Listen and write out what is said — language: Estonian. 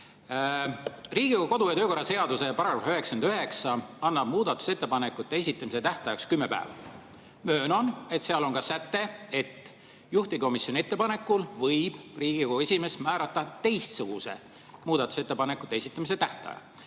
Riigikogu kodu- ja töökorra seaduse § 99 annab muudatusettepanekute esitamise tähtajaks kümme päeva. Möönan, et seal on ka säte, et juhtivkomisjoni ettepanekul võib Riigikogu esimees määrata teistsuguse muudatusettepanekute esitamise tähtaja.